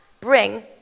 bring